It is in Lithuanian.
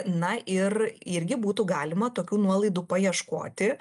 na ir irgi būtų galima tokių nuolaidų paieškoti